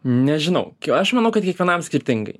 nežinau aš manau kad kiekvienam skirtingai